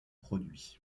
produits